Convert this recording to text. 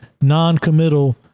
noncommittal